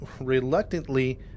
reluctantly